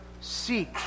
seek